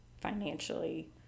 financially